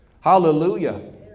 Hallelujah